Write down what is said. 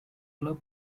club